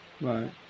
Right